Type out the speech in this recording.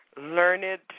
learned